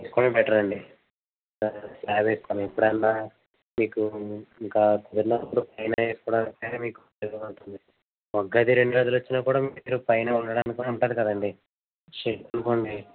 వేసుకోవడం బెటర్ అండి స్లాబ్ వేసుకోవడం ఎప్పుడన్నా మీకు ఇంకా కావలసిన పైన వేసుకోవడం మీకు బెటర్గా ఉంటుంది ఒక గడి రెండు గదులు వచ్చిన కూడా మీకు పైన ఉండడానికి కూడా ఉంటుంది కదండి షెడ్ అనుకోండి